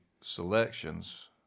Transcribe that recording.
selections